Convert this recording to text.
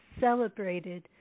celebrated